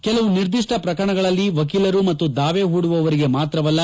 ಕೆಲವು ನಿರ್ದಿಷ್ಟ ಪ್ರಕರಣದಲ್ಲಿ ವಕೀಲರು ಮತ್ತು ದಾವೆ ಹೂಡುವವರಿಗೆ ಮಾತ್ರವಲ್ಲ